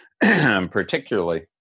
particularly